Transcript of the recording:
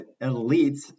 elites